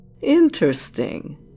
Interesting